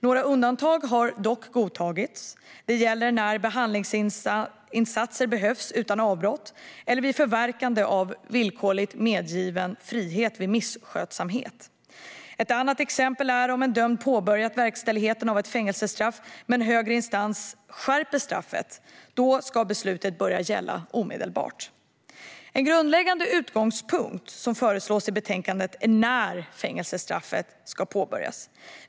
Några undantag har dock godtagits. Det gäller när behandlingsinsatser behövs utan avbrott eller vid förverkande av villkorligt medgiven frihet vid misskötsamhet. Ett annat exempel är om en dömd påbörjat verkställigheten av ett fängelsestraff men högre instans skärper straffet. Då ska beslutet börja gälla omedelbart. En grundläggande utgångspunkt som föreslås i betänkandet är när fängelsestraffet ska påbörjas.